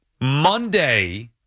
Monday